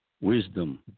wisdom